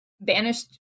Banished